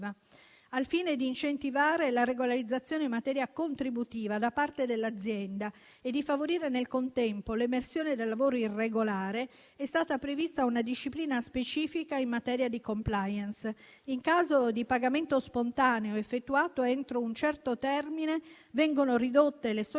Al fine di incentivare la regolarizzazione in materia contributiva da parte dell'azienda e di favorire nel contempo l'emersione del lavoro irregolare, è stata prevista una disciplina specifica in materia di *compliance*. In caso di pagamento spontaneo effettuato entro un certo termine, vengono ridotte le sole sanzioni